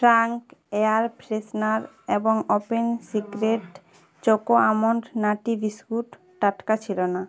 Frank air freshener এবং open secret choco almond nutty biscuit টাটকা ছিলো না